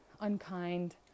unkind